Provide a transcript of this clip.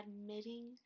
Admitting